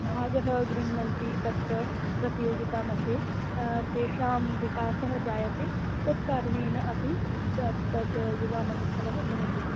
भागः गृण्हन्ति तत्र प्रतियोगिता मध्ये तेषां विकासः जायते तत्कारणेन अपि त तद् युवामहोत्सवः भवति